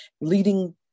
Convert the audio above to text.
leading